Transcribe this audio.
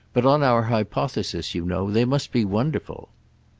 but on our hypothesis, you know, they must be wonderful.